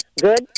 good